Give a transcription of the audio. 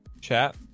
Chat